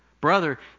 Brother